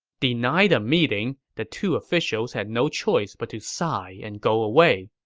denied a meeting, the two officials had no choice but to sigh and go away.